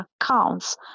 accounts